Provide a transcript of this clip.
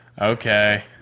okay